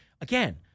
again